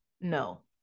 no